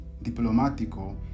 diplomático